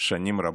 שנים רבות.